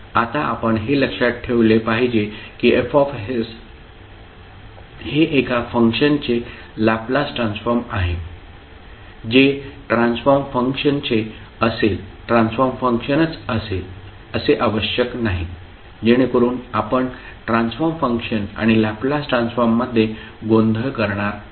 आता आपण हे लक्षात ठेवले पाहिजे की F हे एका फंक्शनचे लॅपलास ट्रान्सफॉर्म आहे जे ट्रान्सफॉर्म फंक्शनच असेल असे आवश्यक नाही जेणेकरून आपण ट्रान्सफॉर्म फंक्शन आणि लॅपलास ट्रान्सफॉर्ममध्ये गोंधळ करणार नाही